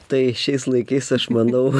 tai šiais laikais aš manau